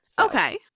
okay